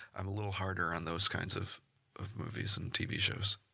i'm a little harder on those kinds of of movies and tv shows.